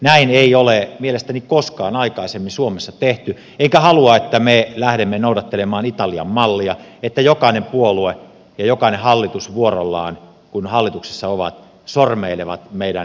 näin ei ole mielestäni koskaan aikaisemmin suomessa tehty enkä halua että me lähdemme noudattelemaan italian mallia että jokainen puolue ja jokainen hallitus vuorollaan kun hallituksessa ovat sormeilevat meidän vaalilakiamme